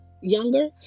younger